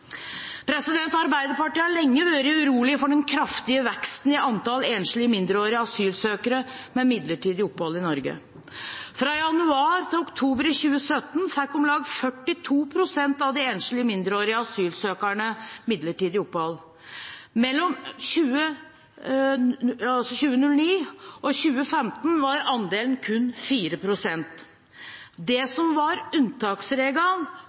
Arbeiderpartiet har lenge vært urolig for den kraftige veksten i antall enslige mindreårige asylsøkere med midlertidig opphold i Norge. Fra januar til oktober i 2017 fikk om lag 42 pst. av de enslige mindreårige asylsøkerne midlertidig opphold. Mellom 2009 og 2015 var andelen kun 4 pst. Det som var unntaksregelen,